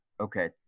okay